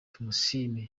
tumusiime